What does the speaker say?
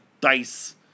dice